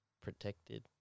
protected